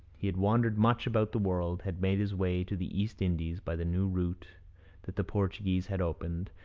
he had wandered much about the world, had made his way to the east indies by the new route that the portuguese had opened,